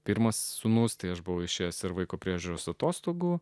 pirmas sūnus tai aš buvau išėjęs ir vaiko priežiūros atostogų